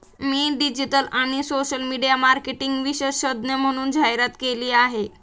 मी digital आणि social media marketing विशेषज्ञ म्हणून जाहिरात केली आहे